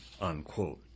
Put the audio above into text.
unquote